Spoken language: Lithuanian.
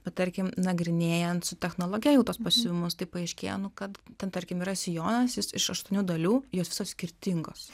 o tarkim nagrinėjant su technologe jau tuos pasiuvimus tai paaiškėjo nu kad ten tarkim yra sijonas jis iš aštuonių dalių jos visos skirtingos